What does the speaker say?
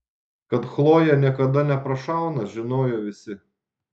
kad chlojė niekada neprašauna žinojo visi